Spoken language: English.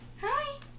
Hi